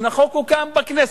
שנחקקו כאן בכנסת,